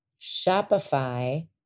Shopify